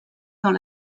dans